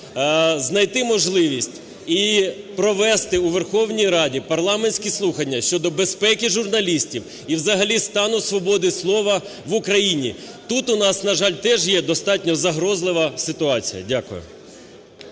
знайти можливість і провести у Верховній Раді парламентські слухання щодо безпеки журналістів і взагалі стану свободи слова в Україні. Тут у нас, на жаль, теж є достатньо загрозлива ситуація. Дякую.